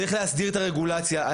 צריך להסדר את הרגולציה.